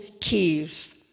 keys